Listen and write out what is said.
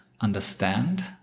understand